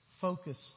Focus